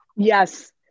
Yes